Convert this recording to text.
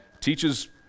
teaches